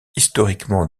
historiquement